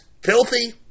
filthy